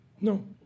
No